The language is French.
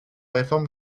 réforme